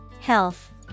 Health